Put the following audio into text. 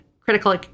critical